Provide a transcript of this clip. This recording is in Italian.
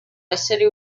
essere